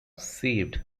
saved